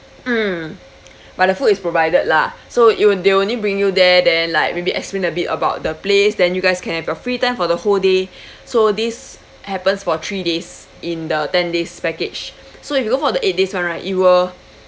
mm but the food is provided lah so you would they will only bring you there then like maybe explain a bit about the place then you guys can have your free time for the whole day so this happens for three days in the ten days package so if you go for the eight days one right you will